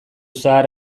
zahar